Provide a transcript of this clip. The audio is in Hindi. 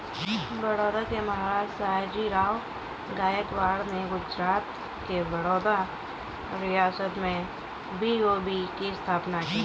बड़ौदा के महाराजा, सयाजीराव गायकवाड़ ने गुजरात के बड़ौदा रियासत में बी.ओ.बी की स्थापना की